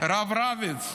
הרב רביץ,